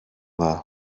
dda